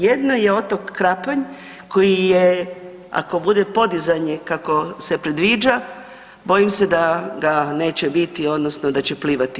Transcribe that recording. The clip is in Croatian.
Jedna je otok Krapanj koji je ako bude podizanje kako se predviđa, bojim se da ga neće biti odnosno da će plivati.